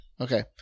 Okay